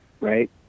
Right